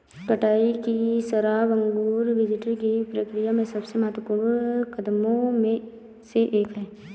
कटाई की शराब अंगूर विंटेज की प्रक्रिया में सबसे महत्वपूर्ण कदमों में से एक है